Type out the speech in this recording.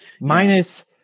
minus